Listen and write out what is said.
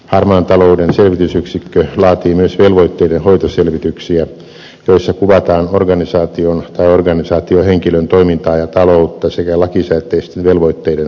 harmaan talouden selvitysyksikkö laatii myös velvoitteidenhoitoselvityksiä joissa kuvataan organisaation tai organisaatiohenkilön toimintaa ja taloutta sekä lakisääteisten velvoitteiden hoitamista